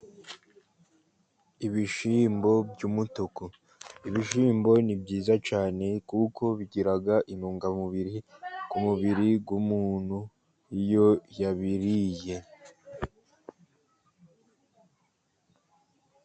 Ibishyimbo by'umutuku. Ibishyimbo ni byiza cyane, kuko bigira intungamubiri ku mubiri w'umuntu iyo yabiriye.